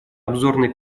обзорной